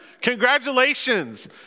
Congratulations